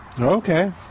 Okay